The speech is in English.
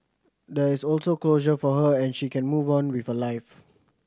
there is also closure for her and she can move on with her life